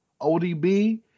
odb